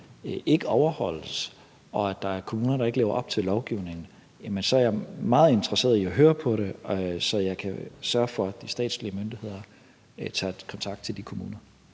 ikke overholdes, og at der er kommuner, der ikke lever op til lovgivningen, så er jeg meget interesseret i at høre om det, så jeg kan sørge for, at de statslige myndigheder tager kontakt til de kommuner.